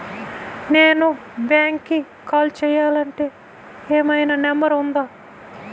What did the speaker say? నేను బ్యాంక్కి కాల్ చేయాలంటే ఏమయినా నంబర్ ఉందా?